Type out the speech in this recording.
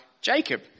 jacob